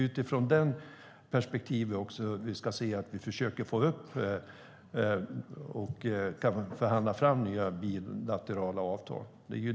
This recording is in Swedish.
Utifrån det perspektivet ska vi se till att försöka förhandla fram nya bilaterala avtal.